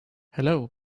hello